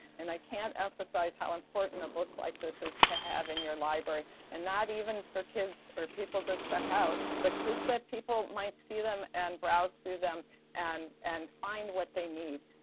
and i can't emphasize how important a book like this is to have in your library, and not even for kids or people to check out, but just that people might see them and browse through them and and find what they need.